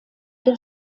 der